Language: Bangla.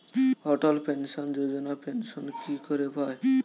অটল পেনশন যোজনা পেনশন কি করে পায়?